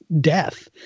death